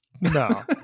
No